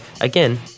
again